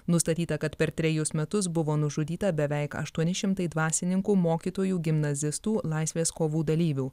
nustatyta kad per trejus metus buvo nužudyta beveik aštuoni šimtai dvasininkų mokytojų gimnazistų laisvės kovų dalyvių